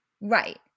Right